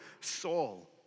Saul